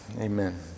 amen